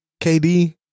KD